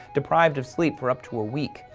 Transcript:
deprived of sleep for up to a week,